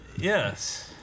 yes